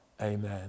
Amen